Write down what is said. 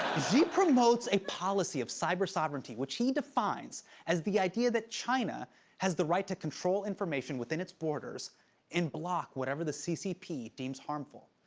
xi promotes a policy of cyber-sovereignty which he defines as the idea that china has the right to control information within its borders and block whatever the ccp deems harmful.